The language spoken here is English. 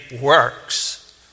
works